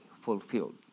fulfilled